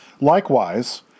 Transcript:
Likewise